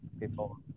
people